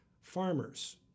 farmers